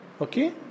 Okay